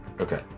Okay